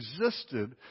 existed